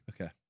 okay